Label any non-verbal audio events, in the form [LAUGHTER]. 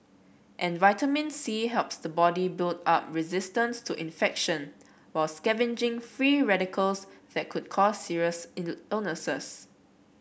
and vitamin C helps the body build up resistance to infection while scavenging free radicals that could cause serious [UNINTELLIGIBLE] illnesses